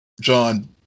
John